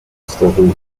strawberry